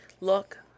look